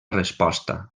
resposta